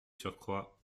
surcroît